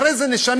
אחרי זה נשנה.